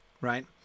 Right